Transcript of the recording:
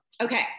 okay